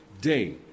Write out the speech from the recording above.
day